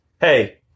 Hey